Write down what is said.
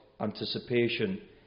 anticipation